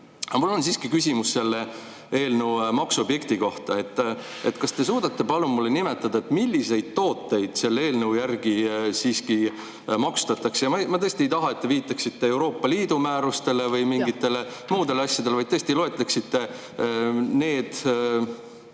mul on siiski küsimus selle eelnõu maksuobjekti kohta. Kas te suudate palun mulle nimetada, milliseid tooteid selle eelnõu järgi siiski maksustatakse? Ma tõesti ei taha, et te viitaksite Euroopa Liidu määrustele või mingitele muudele asjadele, vaid loetleksite kas need